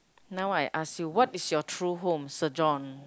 now I ask you what is your true home surgeon